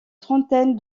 trentaine